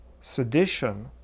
sedition